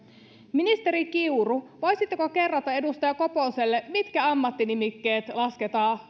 ministeri kiuru voisitteko kerrata edustaja koposelle mitkä ammattinimikkeet lasketaan